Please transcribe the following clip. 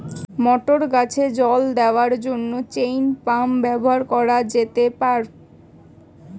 মটর গাছে জল দেওয়ার জন্য চেইন পাম্প ব্যবহার করা যেতে পার?